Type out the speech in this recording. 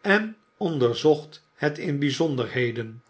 en onderzocht het in byzonderheden